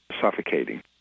suffocating